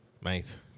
Mate